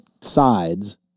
sides